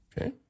Okay